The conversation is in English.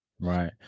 Right